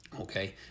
Okay